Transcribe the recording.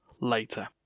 later